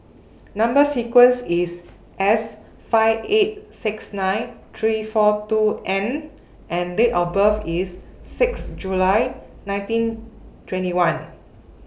Number sequence IS S five eight six nine three four two N and Date of birth IS six July nineteen twenty one